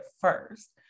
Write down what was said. first